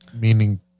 meaning